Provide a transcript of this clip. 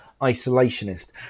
isolationist